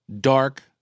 dark